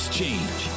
change